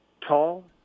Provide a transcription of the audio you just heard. tall